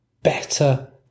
better